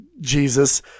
Jesus